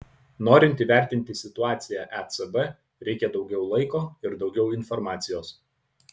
norint įvertinti situaciją ecb reikia daugiau laiko ir daugiau informacijos